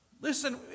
Listen